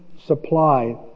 supply